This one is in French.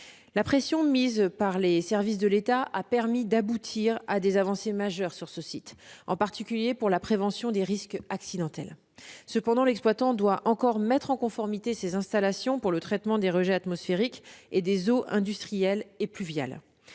La pression mise par les services de l'État a permis d'aboutir à des avancées majeures sur ce site, en particulier pour la prévention des risques accidentels. Cependant, l'exploitant doit encore mettre en conformité ses installations pour le traitement des rejets atmosphériques et celui des eaux industrielles et pluviales.